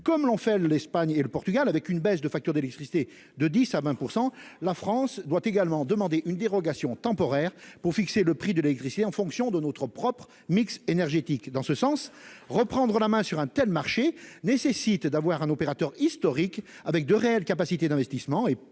Comme l'ont fait l'Espagne et le Portugal, avec à la clé une baisse des factures d'électricité de 10 % à 20 %, la France doit également demander une dérogation temporaire pour fixer le prix de l'électricité en fonction de son propre mix énergétique. En ce sens, reprendre la main sur un tel marché nécessite d'avoir un opérateur historique avec de réelles capacités d'investissement.